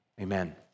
amen